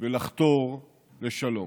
ולחתור לשלום.